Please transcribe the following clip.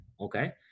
Okay